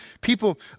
people